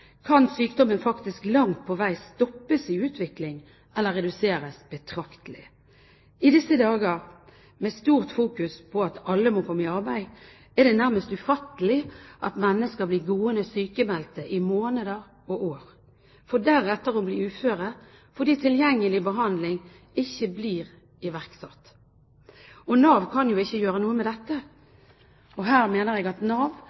kan sykdommen faktisk langt på vei stoppes i utvikling eller reduseres betraktelig. I disse dager med stort fokus på at alle må komme i arbeid, er det nærmest ufattelig at mennesker blir gående sykmeldte i måneder og år, for deretter å bli uføre fordi tilgjengelig behandling ikke blir iverksatt. Og Nav kan jo ikke gjøre noe med dette. Her mener jeg at Nav